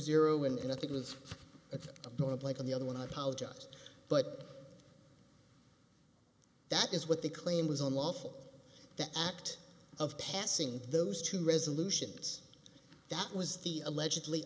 zero and i think it's not like on the other one i apologize but that is what the claim was on lawful the act of passing those two resolutions that was the allegedly